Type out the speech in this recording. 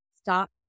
stop